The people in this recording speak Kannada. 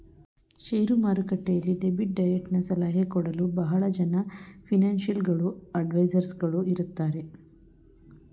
ಶೇರು ಮಾರುಕಟ್ಟೆಯಲ್ಲಿ ಡೆಬಿಟ್ ಡಯಟನ ಸಲಹೆ ಕೊಡಲು ಬಹಳ ಜನ ಫೈನಾನ್ಸಿಯಲ್ ಗಳು ಅಡ್ವೈಸರ್ಸ್ ಗಳು ಇರುತ್ತಾರೆ